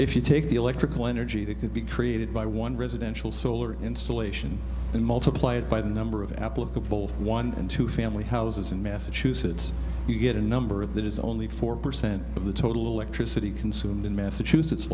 if you take the electrical energy that could be created by one residential solar installation and multiplied by the number of applicable one and two family houses in massachusetts you get a number of that is only four percent of the total electricity consumed in massachusetts